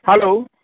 hello